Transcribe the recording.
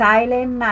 Silent